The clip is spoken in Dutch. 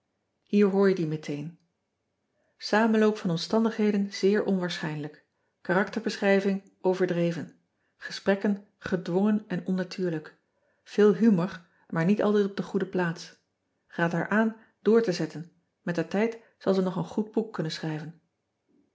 je die meteen amenloop van omstandigheden zeer onwaarschijnlijk arakterbeschrijving overdreven esprekken gedwongen en onnatuurlijk eel humor maar niet altijd op de goede plaats aad haar aan door te zetten mettertijd zal zij nog een goed boek kunnen schrijven